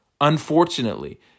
Unfortunately